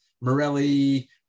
Morelli